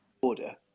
order